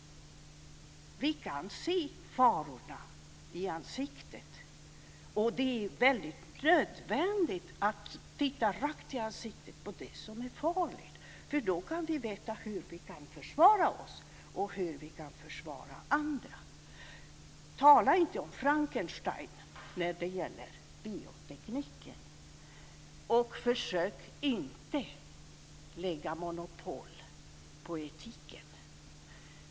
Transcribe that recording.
Vi kan se farorna i ansiktet. Det är helt nödvändigt att titta rakt i ansiktet på det som är farligt, för då kan vi veta hur vi kan försvara oss och hur vi kan försvara andra. Tala inte om Frankenstein eller monopol på etiken när det gäller biotekniken.